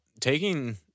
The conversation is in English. taking